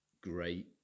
great